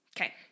okay